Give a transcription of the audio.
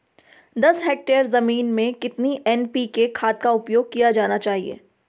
दस हेक्टेयर जमीन में कितनी एन.पी.के खाद का उपयोग किया जाना चाहिए?